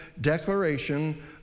declaration